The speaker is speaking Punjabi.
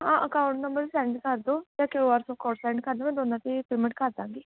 ਹਾਂ ਅਕਾਊਂਟ ਨੰਬਰ ਸੈਂਡ ਕਰ ਦਿਓ ਅਤੇ ਕਿਯੂ ਆਰ ਤੋਂ ਕੋਡ ਸੈਂਡ ਕਰ ਦਿਓ ਮੈਂ ਦੋਨਾਂ ਦੀ ਪੇਮੈਂਟ ਕਰ ਦਾਂਗੀ